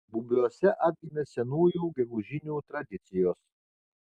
bubiuose atgimė senųjų gegužinių tradicijos